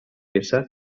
peça